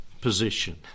position